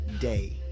day